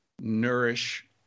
nourish